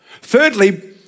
Thirdly